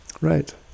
Right